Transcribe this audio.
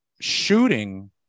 shooting